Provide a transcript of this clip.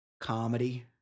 comedy